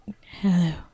hello